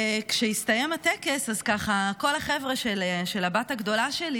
כשהסתיים הטקס, כל החבר'ה של הבת הגדולה שלי